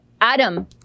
Adam